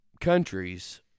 countries